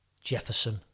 Jefferson